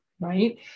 right